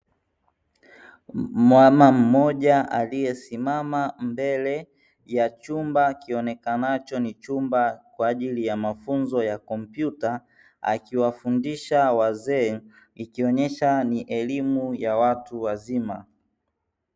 Mama mmoja aliyesimama mbele ya chumba kionekanacho ni chumba kwa ajili ya mafunzo ya kompyuta, akiwafundisha wazee ikionyesha ni elimu ya watu wazima.